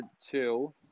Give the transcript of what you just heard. two